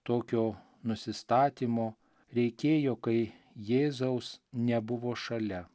tokio nusistatymo reikėjo kai jėzaus nebuvo šalia